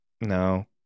No